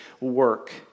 Work